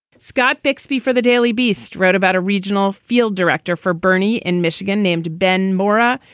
scott bixby for the daily beast wrote about a regional field director for bernie in michigan named ben moora.